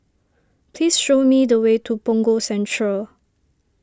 please show me the way to Punggol Central